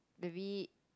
very